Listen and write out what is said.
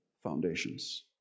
foundations